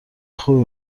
خوبی